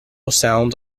sounds